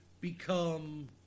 become